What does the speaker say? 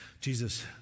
Jesus